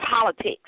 politics